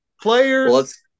Players